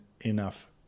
enough